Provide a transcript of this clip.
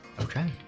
Okay